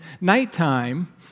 nighttime